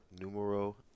Numero